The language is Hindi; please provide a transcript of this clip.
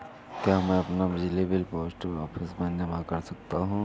क्या मैं अपना बिजली बिल पोस्ट ऑफिस में जमा कर सकता हूँ?